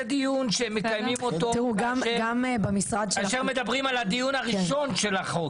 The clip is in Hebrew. זה דיון שמקיימים אותו כאשר מדברים על הדיון הראשון של החוק.